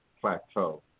plateau